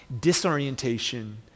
disorientation